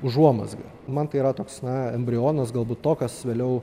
užuomazgą man tai yra toks na embrionas galbūt to kas vėliau